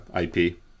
IP